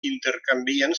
intercanvien